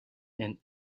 and